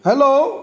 hello